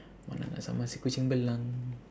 mana kan sama si kucing belang